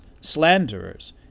slanderers